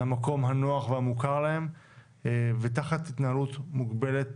מהמקום הנוח והמוכר להם ותחת התנהלות מוגבלת